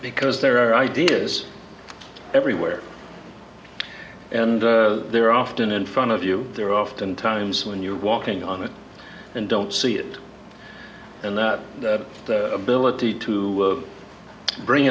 because there are ideas everywhere and there are often in front of you there often times when you're walking on it and don't see it and that the ability to bring